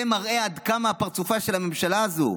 זה מראה עד כמה פרצופה של הממשלה הזו,